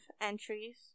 entries